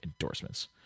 endorsements